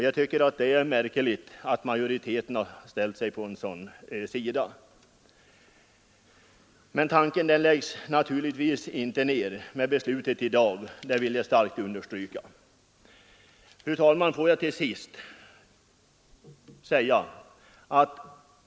Jag tycker att det är märkligt att majoriteten har intagit en sådan ståndpunkt. Men denna tanke läggs naturligtvis inte ned med beslutet i dag — det vill jag starkt understryka. Fru talman!